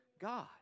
God